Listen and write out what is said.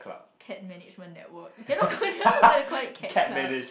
cat management network they're not gonna they're not gonna call it cat club